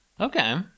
Okay